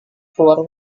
keluar